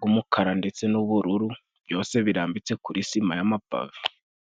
g'umukara ndetse n'ubururu byose birambitse kuri sima y'amapave.